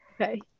Okay